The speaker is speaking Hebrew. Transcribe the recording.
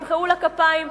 וימחאו לה כפיים,